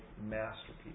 masterpiece